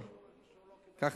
כבר אחרי הבחירות,